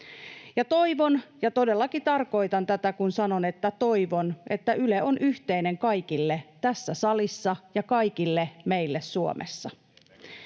Ja toivon ja todellakin tarkoitan tätä, kun sanon, että toivon, että Yle on yhteinen kaikille tässä salissa ja kaikille meille Suomessa.